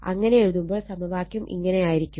അങ്ങനെ എഴുതുമ്പോൾ സമവാക്യം ഇങ്ങനെയായിരിക്കും